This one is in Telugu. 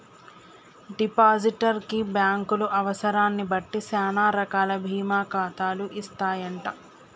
డిపాజిటర్ కి బ్యాంకులు అవసరాన్ని బట్టి సానా రకాల బీమా ఖాతాలు ఇస్తాయంట